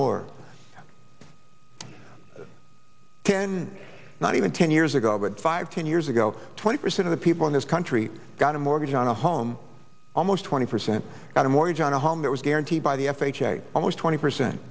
war can not even ten years ago but five ten years ago twenty percent of the people in this country got a mortgage on a home almost twenty percent out a mortgage on a home that was guaranteed by the f h a almost twenty percent